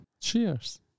Cheers